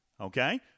Okay